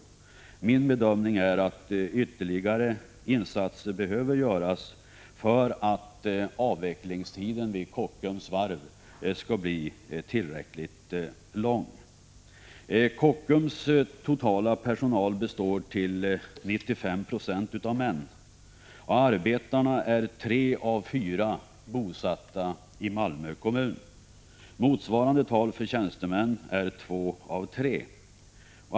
Det är min bedömning att ytterligare insatser behövs för att göra tiden för en avveckling vid Kockums varv tillräckligt lång. 95 96 av hela personalen vid Kockums är män, och tre av fyra arbetare är bosatta i Malmö kommun. Motsvarande tal för tjänstemännen är två av tre.